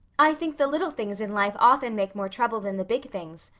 i think the little things in life often make more trouble than the big things,